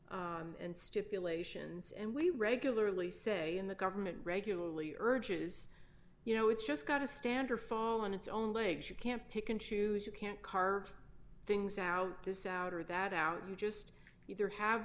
plea and stipulations and we regularly say in the government regularly urges you know it's just got a standard fall on its own legs you can't pick and choose you can't car things out this out or that out you just either have